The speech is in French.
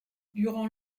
durant